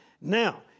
Now